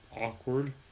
awkward